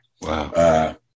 Wow